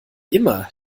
immer